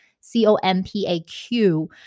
C-O-M-P-A-Q